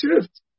shift